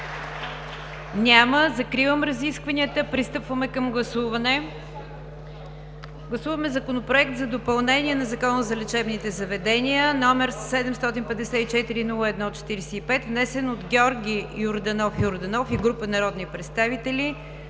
Няма. Закривам разискванията. Пристъпваме към гласуване. Гласуваме Законопроект за допълнение на Закона за лечебните заведения, № 754-01-45, внесен от Георги Йорданов Йорданов и група народни представители